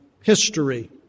history